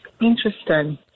Interesting